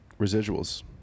residuals